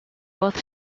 both